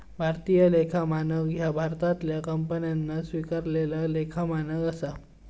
भारतीय लेखा मानक ह्या भारतातल्या कंपन्यांन स्वीकारलेला लेखा मानक असा